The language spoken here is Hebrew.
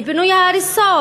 לפינוי ההריסות.